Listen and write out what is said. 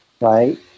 right